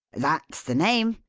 that's the name,